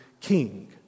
king